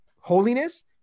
Holiness